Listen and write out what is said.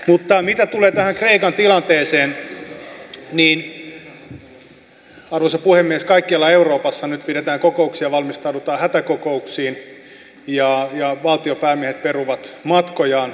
mutta mitä tulee tähän kreikan tilanteeseen niin arvoisa puhemies kaikkialla euroopassa nyt pidetään kokouksia valmistaudutaan hätäkokouksiin ja valtionpäämiehet peruvat matkojaan